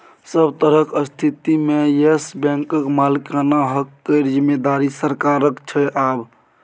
सभ तरहक स्थितिमे येस बैंकक मालिकाना हक केर जिम्मेदारी सरकारक छै आब